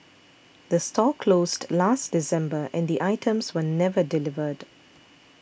the store closed last December and the items were never delivered